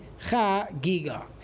chagiga